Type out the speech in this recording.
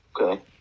Okay